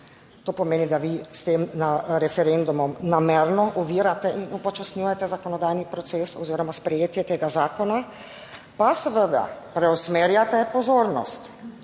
To pomeni, da vi s tem referendumom namerno ovirate in upočasnjujete zakonodajni proces oziroma sprejetje tega zakona, pa seveda preusmerjate pozornost.